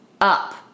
up